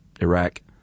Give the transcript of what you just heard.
Iraq